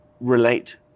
relate